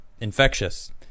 infectious